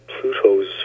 Pluto's